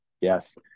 Yes